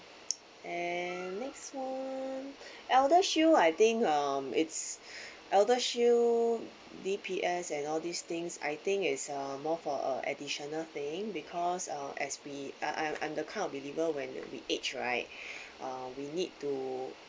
and next [one] ElderShield I think um it's ElderShield D_P_S and all these things I think is uh more for a additional thing because uh as we uh I'm I'm the kind of believer when we age right uh we need to